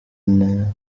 nta